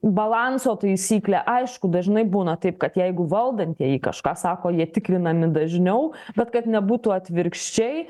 balanso taisyklė aišku dažnai būna taip kad jeigu valdantieji kažką sako jie tikrinami dažniau bet kad nebūtų atvirkščiai